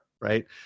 right